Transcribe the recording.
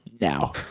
now